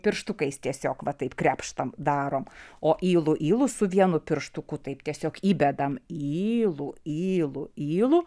pirštukais tiesiog va taip krepštam darom o ylu ylu su vienu pirštuku taip tiesiog įbedam ylu ylu ylu